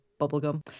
bubblegum